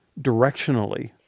directionally